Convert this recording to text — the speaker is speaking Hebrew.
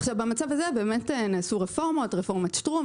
נעשו רפורמות רפורמת שטרום,